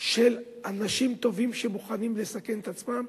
של אנשים טובים שמוכנים לסכן את עצמם,